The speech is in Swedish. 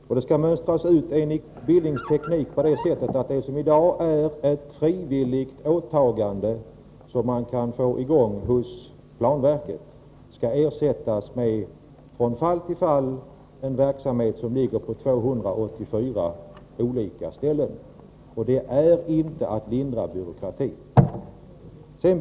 Och utmönstringen skall ske enligt Billings teknik på det sättet att det som i dag är ett frivilligt åtagande som kan aktualiseras hos planverket, skall ersättas med en verksamhet som från fall till fall ligger på 284 olika ställen. Det är inte att lindra byråkratin.